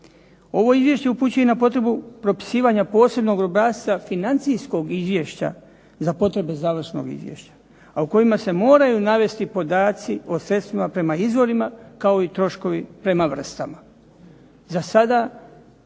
Ovo izvješće upućuje na potrebu propisivanja posebnog obrasca financijskog izvješća za potrebe završnog izvješća, a u kojima se moraju navesti podaci o sredstvima prema izvorima kao i troškovi prema vrstama. Za sada